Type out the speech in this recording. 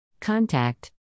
Contact